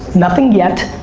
nothing yet.